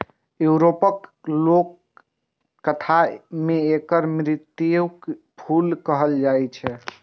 यूरोपक लोककथा मे एकरा मृत्युक फूल कहल जाए छै